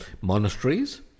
monasteries